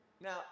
Now